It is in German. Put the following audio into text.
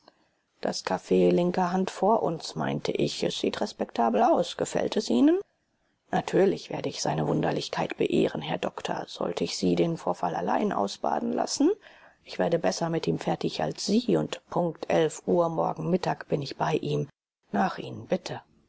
das caf linker hand vor uns meinte ich es sieht respektabel aus gefällt es ihnen natürlich werde ich seine wunderlichkeit beehren herr doktor sollte ich sie den vorfall allein ausbaden lassen ich werde besser mit ihm fertig als sie und punkt elf uhr morgen mittag bin ich bei ihm nach ihnen bitte